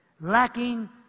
lacking